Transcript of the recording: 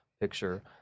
picture